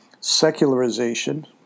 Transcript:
secularization